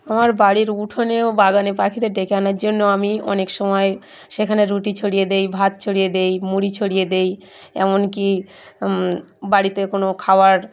আমার বাড়ির উঠোনে ও বাগানে পাখিদের ডেকে আনার জন্য আমি অনেক সময় সেখানে রুটি ছড়িয়ে দিই ভাত ছড়িয়ে দিই মুড়ি ছড়িয়ে দিই এমন কি বাড়িতে কোনো খাবার